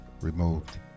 removed